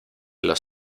los